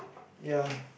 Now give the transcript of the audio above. ya